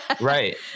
Right